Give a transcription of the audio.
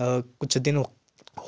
कुछ दिन